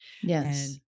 Yes